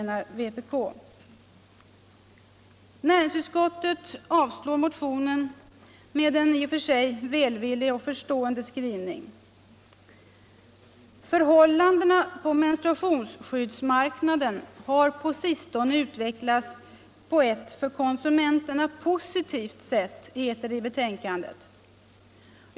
Näringsutskottet avstyrker motionen med en i och för sig välvillig och förstående skrivning. ”Förhållandena på menstruationsskyddsmarknaden har på sistone utvecklats på ett för konsumenterna positivt sätt”, heter det i betänkandet.